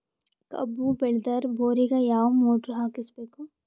ಕಬ್ಬು ಬೇಳದರ್ ಬೋರಿಗ ಯಾವ ಮೋಟ್ರ ಹಾಕಿಸಬೇಕು?